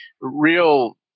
real